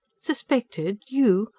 suspected. you?